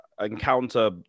Encounter